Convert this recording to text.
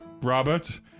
Robert